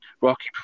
rocky